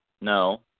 No